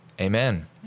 Amen